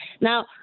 Now